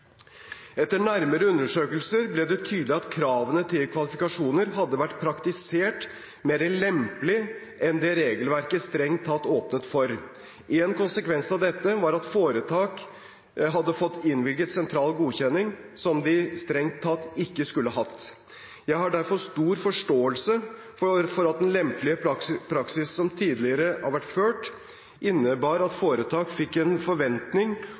Etter nærmere undersøkelser ble det tydelig at kravene til kvalifikasjoner hadde vært praktisert mer lempelig enn det regelverket strengt tatt åpnet for. En konsekvens av dette var at foretak hadde fått innvilget sentral godkjenning som de strengt tatt ikke skulle hatt. Jeg har derfor stor forståelse for at den lempelige praksisen som tidligere har vært ført, innebar at foretak fikk en forventning